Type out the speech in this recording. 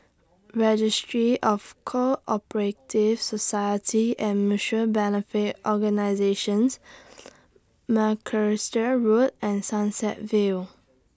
Registry of Co Operative Societies and Mutual Benefit Organisations Macalister Road and Sunset View